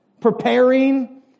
preparing